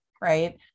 right